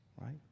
right